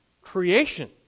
creation